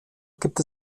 gibt